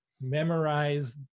memorize